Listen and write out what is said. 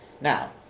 Now